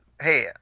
hey